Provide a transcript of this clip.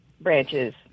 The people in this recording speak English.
branches